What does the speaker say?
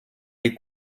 les